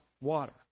water